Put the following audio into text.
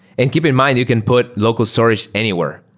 and keep in mind, you can put local storage anywhere.